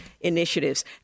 Initiatives